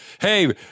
Hey